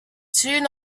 soon